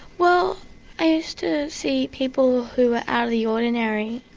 well i used to see people who were out of the ordinary,